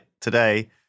today